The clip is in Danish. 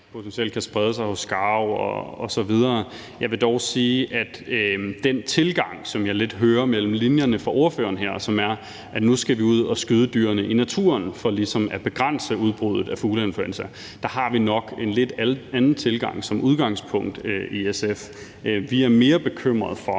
potentielt kan sprede sig hos skarver osv. Jeg vil dog sige, at i forhold til den tilgang, som jeg lidt hører mellem linjerne fra ordføreren her, og som er, at vi nu skal ud og skyde dyrene i naturen for ligesom at begrænse udbruddet af fugleinfluenza, har vi nok en lidt anden tilgang som udgangspunkt, i SF. Vi er mere bekymrede for,